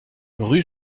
rue